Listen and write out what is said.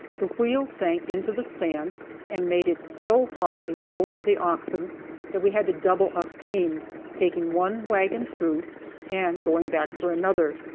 the wheels sank into the sand and made it so hard a pull for the oxen that we had to double up teams, taking one wagon through and going back for another,